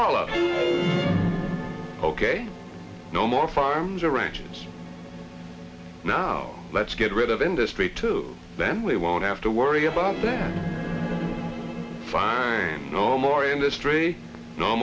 all of ok no more farms arrangements now let's get rid of industry too then we won't have to worry about the fire no more industry no